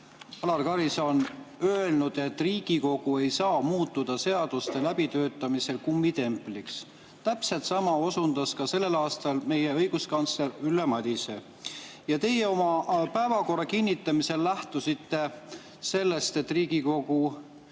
Alar Karis on öelnud, et Riigikogu ei saa muutuda seaduste läbitöötamisel kummitempliks. Täpselt sama ütles sellel aastal ka meie õiguskantsler Ülle Madise. Teie oma päevakorra kinnitamisel lähtusite sellest, et Riigikogu